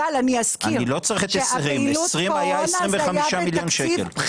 אבל אני אזכיר --- אני לא צריך את 2020. ב-2020 היה 25 מיליון שקלים.